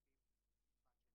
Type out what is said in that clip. מוגבלות (נגישות מסגרות לאנשים עם מוגבלות בשעת חירום).